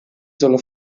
solo